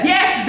Yes